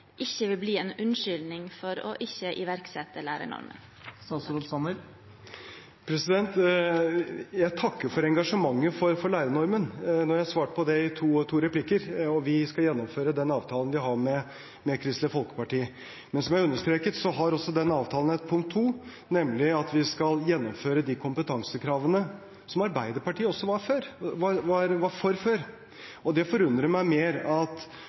ikke vil bli en unnskyldning for ikke å iverksette lærernormen? Jeg takker for engasjementet for lærernormen. Jeg har svart på det i to replikker. Vi skal gjennomføre den avtalen vi har med Kristelig Folkeparti. Men som jeg understreket, har denne avtalen også et punkt nr. 2, nemlig at vi skal gjennomføre de kompetansekravene som Arbeiderpartiet også var for før. Det forundrer meg at